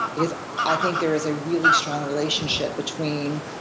because i think there is a really strong relationship between